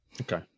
Okay